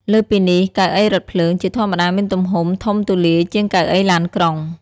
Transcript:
លើសពីនេះ កៅអីរថភ្លើង ជាធម្មតាមានទំហំ ធំទូលាយជាងកៅអីឡានក្រុង។